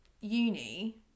uni